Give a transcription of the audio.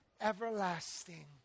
everlasting